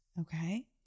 Okay